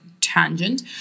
tangent